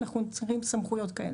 אנחנו צריכים סמכויות כאלה.